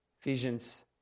Ephesians